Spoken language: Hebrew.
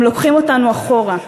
הם לוקחים אותנו אחורה.